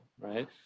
right